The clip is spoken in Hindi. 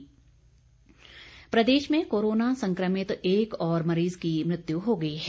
कोरोना प्रदेश प्रदेश में कोरोना संक्रमित एक और मरीज की मृत्यु हो गई है